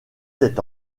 sept